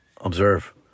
observe